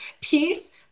peace